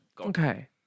Okay